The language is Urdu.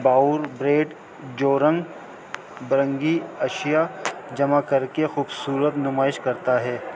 باؤور بریڈ جوورنگ برنگی اشیاء جمع کر کے خوبصورت نمائش کرتا ہے